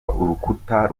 urukuta